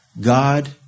God